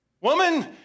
Woman